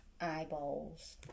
eyeballs